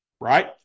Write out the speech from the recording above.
right